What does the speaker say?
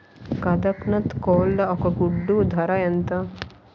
కదక్నత్ కోళ్ల ఒక గుడ్డు ధర ఎంత?